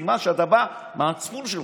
סימן שאתה בא עם המצפון שלך.